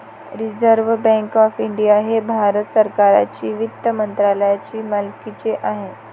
reserve Bank of India हे भारत सरकारच्या वित्त मंत्रालयाच्या मालकीचे आहे